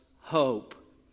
hope